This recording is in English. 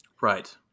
Right